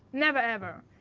never, ever.